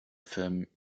film